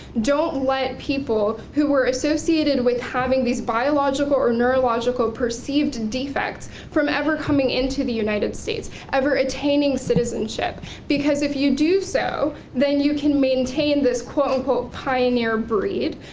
don't let people who were associated with having these biological or neurological perceived defects from ever coming into the united states, ever attaining citizenship because if you do so, then you can maintain this quote unquote pioneer breed,